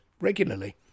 regularly